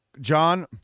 John